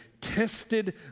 tested